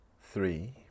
three